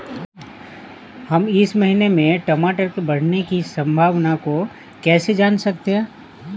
हम इस महीने में टमाटर के बढ़ने की संभावना को कैसे जान सकते हैं?